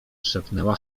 szepnęła